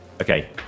Okay